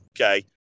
Okay